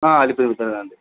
అది పెరుగుతుందండి